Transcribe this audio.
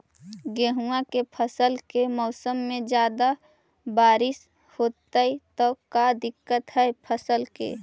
गेहुआ के फसल के मौसम में ज्यादा बारिश होतई त का दिक्कत हैं फसल के?